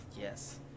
Yes